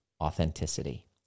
authenticity